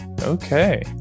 Okay